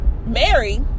Mary